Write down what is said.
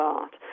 art